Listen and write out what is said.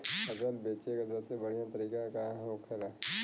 फसल बेचे का सबसे बढ़ियां तरीका का होखेला?